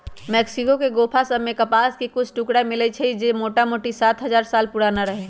Mexico के गोफा सभ में कपास के कुछ टुकरा मिललइ र जे मोटामोटी सात हजार साल पुरान रहै